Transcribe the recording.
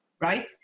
right